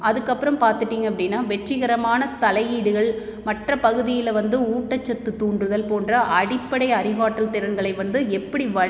அதுக்கப்புறம் பார்த்திட்டிங்க அப்படின்னா வெற்றிகரமான தலையீடுகள் மற்ற பகுதியில் வந்து ஊட்டச்சத்து தூண்டுதல் போன்ற அடிப்படை அறிவாற்றல் திறன்களை வந்து எப்படி வழி